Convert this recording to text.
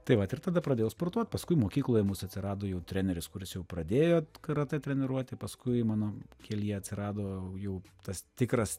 tai vat ir tada pradėjau sportuot paskui mokykloje mūs atsirado jau treneris kuris jau pradėjo karatė treniruoti paskui mano kelyje atsirado jau tas tikras